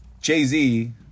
Jay-Z